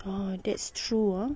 oh that's true ah